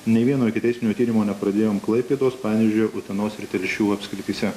nei vieno ikiteisminio tyrimo nepradėjom klaipėdos panevėžio utenos ir telšių apskrityse